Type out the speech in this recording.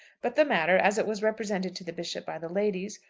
but the matter, as it was represented to the bishop by the ladies,